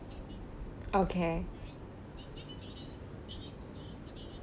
okay